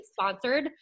sponsored